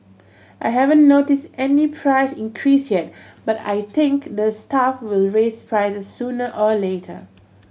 I haven't noticed any price increase yet but I think the staff will raise prices sooner or later